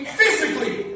physically